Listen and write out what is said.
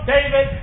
David